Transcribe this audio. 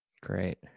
Great